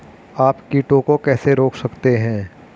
आप कीटों को कैसे रोक सकते हैं?